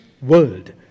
world